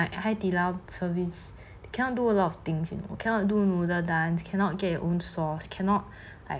海底捞 service can't do a lot of things you cannot do noodle dance cannot get your own sauce cannot like